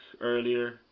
earlier